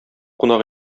кунак